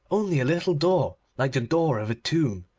only a little door like the door of a tomb.